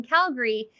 Calgary